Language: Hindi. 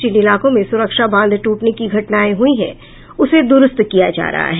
जिन इलाकों में सुरक्षा बांध टूटने की घटनाएं हुई है उसे दुरूस्त किया जा रहा है